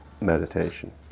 meditation